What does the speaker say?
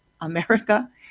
America